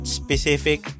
specific